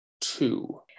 two